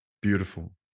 beautiful